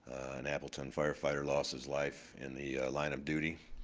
an appleton firefighter lost his life in the line of duty